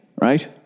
right